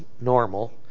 normal